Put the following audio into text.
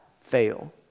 fail